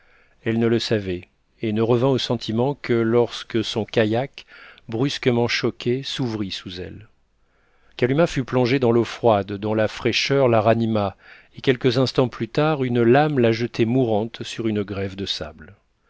elle ne le savait et ne revint au sentiment que lorsque son kayak brusquement choqué s'ouvrit sous elle kalumah fut plongée dans l'eau froide dont la fraîcheur la ranima et quelques instants plus tard une lame la jetait mourante sur une grève de sable